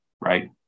right